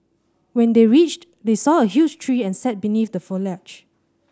when they reached they saw a huge tree and sat beneath the foliage